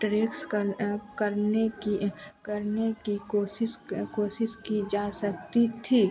treks करने की करने की कोशिश क कोशिश की जा सकती थी